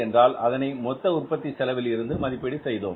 என்றால் அதனை மொத்த உற்பத்திச் செலவில் இருந்து மதிப்பீடு செய்தோம்